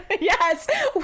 Yes